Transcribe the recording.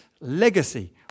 Legacy